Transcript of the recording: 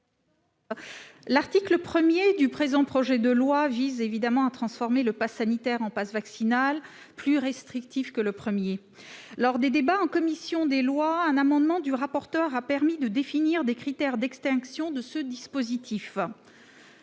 L'article 1 du présent projet de loi vise à transformer le passe sanitaire en passe vaccinal, plus restrictif. Lors des débats en commission des lois, un amendement du rapporteur a permis de définir des critères d'extinction de ce dispositif.